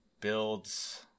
Builds